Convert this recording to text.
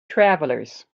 travelers